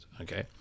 Okay